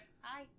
Hi